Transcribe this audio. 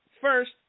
First